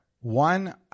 One